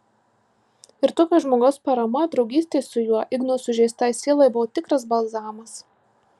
ir tokio žmogaus parama draugystė su juo igno sužeistai sielai buvo tikras balzamas